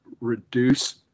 reduce